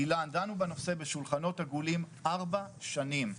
איל"ן דנו בנושא בשולחנות עגולים ארבע שנים.